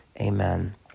Amen